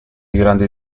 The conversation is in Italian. grandi